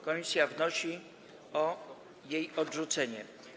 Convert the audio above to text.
Komisja wnosi o jej odrzucenie.